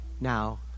now